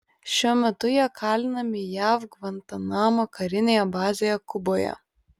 šiuo metu jie kalinami jav gvantanamo karinėje bazėje kuboje